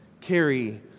carry